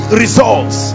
results